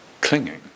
clinging